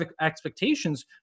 expectations